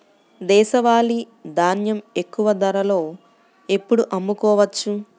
దేశవాలి ధాన్యం ఎక్కువ ధరలో ఎప్పుడు అమ్ముకోవచ్చు?